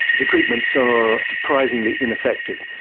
the treatments are surprisingly ineffective.